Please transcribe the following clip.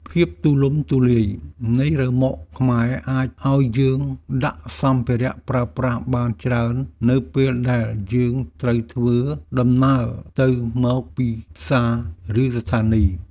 ភាពទូលំទូលាយនៃរ៉ឺម៉កខ្មែរអាចឱ្យយើងដាក់សម្ភារៈប្រើប្រាស់បានច្រើននៅពេលដែលយើងត្រូវធ្វើដំណើរទៅមកពីផ្សារឬស្ថានីយ។